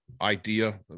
idea